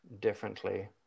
differently